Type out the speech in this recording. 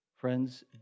Friends